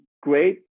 great